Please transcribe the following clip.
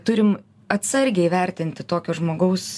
turim atsargiai įvertinti tokio žmogaus